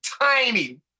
tiny